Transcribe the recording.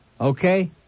Okay